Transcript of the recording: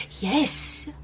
yes